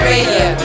Radio